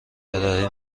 ارائه